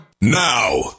now